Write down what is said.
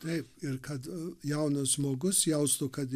taip ir kad jaunas žmogus jaustų kad